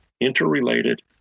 interrelated